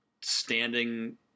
standing